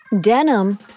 Denim